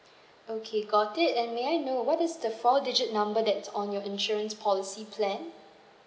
okay got it and may I know what is the four digit number that's on your insurance policy plan